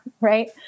Right